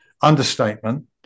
Understatement